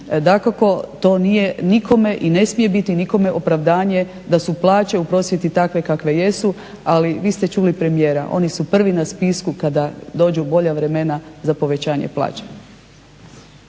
Dakako to nije nikome, i ne smije biti nikome opravdanje da su plaće u prosvjeti takve kakve jesu, ali vi ste čuli Premijera, oni su prvi na spisku kada dođu bolja vremena za povećanje plaće.